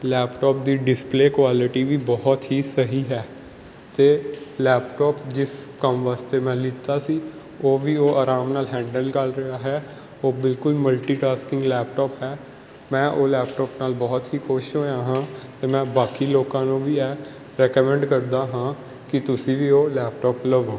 laptop ਦੀ display quality ਵੀ ਬਹੁਤ ਹੀ ਸਹੀ ਹੈ ਅਤੇ ਲੈਪਟੋਪ ਜਿਸ ਕੰਮ ਵਾਸਤੇ ਮੈਂ ਲਿੱਤਾ ਸੀ ਉਹ ਵੀ ਉਹ ਅਰਾਮ ਨਾਲ ਹੈਂਡਲ ਕਰ ਰਿਹਾ ਹੈ ਉਹ ਬਿਲਕੁਲ ਮਲਟੀਟਾਸਕਿੰਗ ਲੈਪਟੋਪ ਹੈ ਮੈਂ ਉਹ ਲੈਪਟੋਪ ਨਾਲ ਬਹੁਤ ਹੀ ਖੁਸ਼ ਹੋਇਆ ਹਾਂ ਅਤੇ ਮੈਂ ਬਾਕੀ ਲੋਕਾਂ ਨੂੰ ਵੀ ਇਹ ਰੇਕੋਮੈਂਡ ਕਰਦਾ ਹਾਂ ਕਿ ਤੁਸੀਂ ਵੀ ਉਹ ਲੈਪਟੋਪ ਲਵੋ